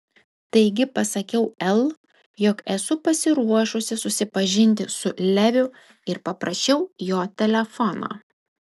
taigi pasakiau el jog esu pasiruošusi susipažinti su leviu ir paprašiau jo telefono